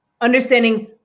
understanding